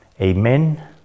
Amen